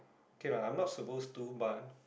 okay lah I'm not supposed to but